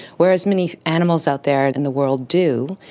whereas many animals out there in the world do.